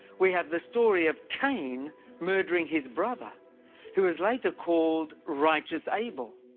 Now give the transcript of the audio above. we have the story of cain murdering his brother who is later called righteous abel.